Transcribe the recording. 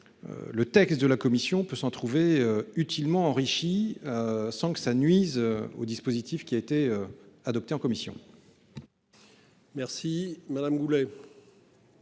Le texte de la commission peut s'en trouver utilement enrichi. Sans que ça nuise au dispositif qui a été adopté en commission.